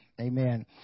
amen